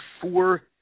four